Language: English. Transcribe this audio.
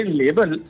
label